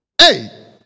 Hey